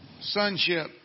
sonship